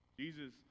jesus